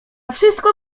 wszystko